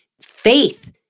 faith